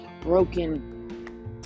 Broken